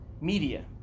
Media